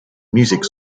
music